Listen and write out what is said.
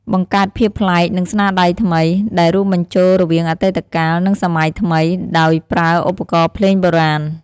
បង្កើតភាពប្លែក និងស្នាដៃថ្មី ដែលរួមបញ្ចូលរវាងអតីតកាល និងសម័យថ្មី ដោយប្រើឧបករណ៍ភ្លេងបុរាណ។